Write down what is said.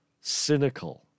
cynical